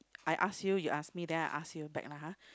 I ask you you ask me then I ask you back lah !huh!